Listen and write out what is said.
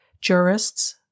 Jurists